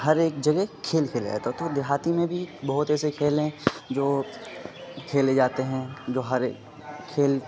ہر ایک جگہ کھیل کھیلا جاتا ہے تو دیہاتی میں بھی بہت ایسے کھیل ہیں جو کھیلے جاتے ہیں جو ہر کھیل